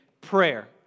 prayer